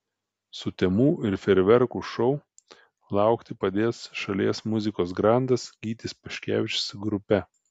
sutemų ir fejerverkų šou laukti padės šalies muzikos grandas gytis paškevičius su grupe